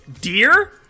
Deer